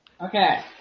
Okay